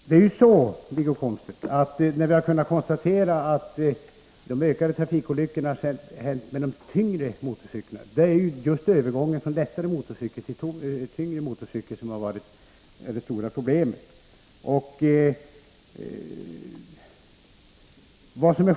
Herr talman! Vi har ju kunnat konstatera, Wiggo Komstedt, att ökningen av antalet trafikolyckor har gällt de tyngre motorcyklarna. Det är just övergången från lättare till tyngre motorcyklar som har varit det stora problemet.